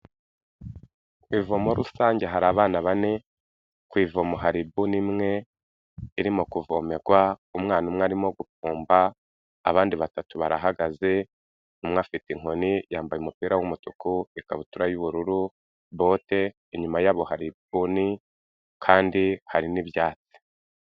Ku ivomo rusange hari abana bane. Ku ivomo hari ibuni imwe irimo kuvomerwa umwana umwe arimo gufumba abandi batatu barahagaze, umwe afite inkoni yambaye umupira w'umutuku, ikabutura y'ubururu, bote, inyuma yabo hari ibuni kandi hari n'ibyatsi.